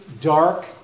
dark